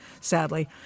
sadly